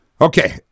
Okay